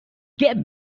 get